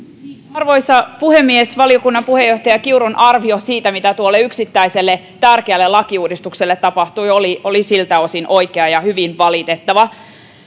arvoisa puhemies valiokunnan puheenjohtaja kiurun arvio siitä mitä tuolle yksittäiselle tärkeälle lakiuudistukselle tapahtui oli oli siltä osin oikea ja hyvin valitettava